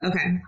Okay